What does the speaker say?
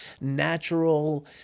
natural